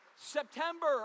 September